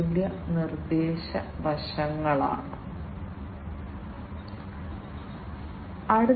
methane സെൻസറാണ് ഇതിന്റെ അടിയിൽ മൂന്ന് വ്യത്യസ്ത പിന്നുകൾ